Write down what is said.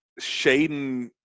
Shaden